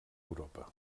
europa